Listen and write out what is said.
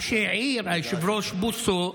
מה שהעיר היושב-ראש בוסו,